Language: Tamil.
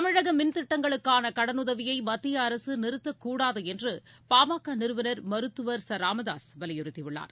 தமிழக மின் திட்டங்களுக்கான கடனுதவியை மத்திய அரசு நிறுத்தக்கூடாது என்று பா ம க நிறுவனர் மருத்துவர் ச ராமதாசு வலியுறுத்தி உள்ளார்